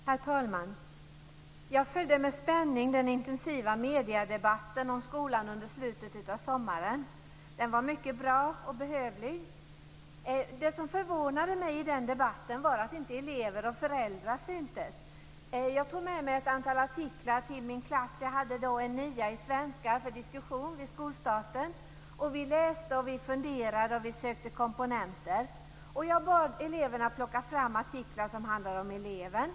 Herr talman! Jag följde med spänning den intensiva mediedebatten om skolan under slutet av sommaren. Den var mycket bra och behövlig. Det som förvånade mig i den debatten var att inte elever och föräldrar syntes. Vid skolstarten tog jag med mig ett antal artiklar till den klass, en 9:a, som jag hade i svenska för diskussion. Vi läste, vi funderade och vi sökte komponenter. Jag bad eleverna plocka fram artiklar som handlade om eleven.